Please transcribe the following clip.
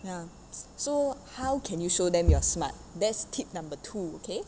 ya so how can you show them you are smart that's tip number two okay